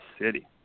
City